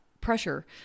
pressure